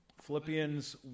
Philippians